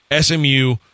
SMU